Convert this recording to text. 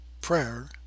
prayer